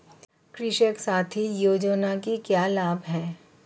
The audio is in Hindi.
कृषक साथी योजना के क्या लाभ हैं?